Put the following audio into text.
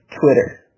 Twitter